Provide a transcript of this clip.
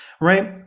right